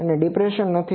અહીં કોઈ ડીસ્પ્રેસન નથી